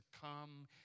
come